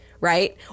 right